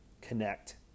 Connect